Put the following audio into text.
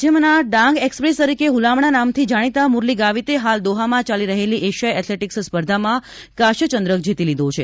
રાજ્યના ડાંગ એક્સપ્રેસ તરીકે હુલામણા નામથી જાણીતા મુરલી ગાવીતે હાલ દોહામાં ચાલી રહેલી એશિયાઇ એથ્લેટીક્સ સ્પર્ધામાં કાંસ્ય ચંદ્રક જીતી લીધો છે